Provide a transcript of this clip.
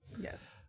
yes